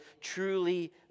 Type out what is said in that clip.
truly